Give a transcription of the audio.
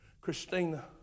Christina